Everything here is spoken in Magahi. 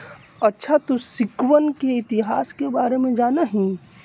अच्छा तू सिक्कवन के इतिहास के बारे में जाना हीं?